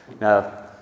Now